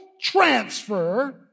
transfer